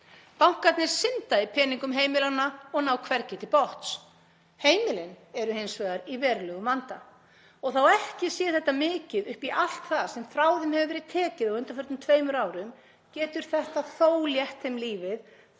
Bankarnir synda í peningum heimilanna og ná hvergi til botns. Heimilin eru hins vegar í verulegum vanda og þó ekki sé þetta mikið upp í allt það sem frá þeim hefur verið tekið á undanförnum tveimur árum getur þetta þó létt þeim lífið,